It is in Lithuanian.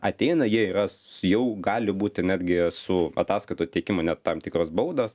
ateina jie yra su jau gali būti netgi su ataskaitų teikimo net tam tikros baudos